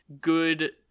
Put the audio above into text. good